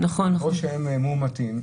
או שהם מאומתים.